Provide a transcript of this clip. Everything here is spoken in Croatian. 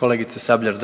Hvala lijepo poštovani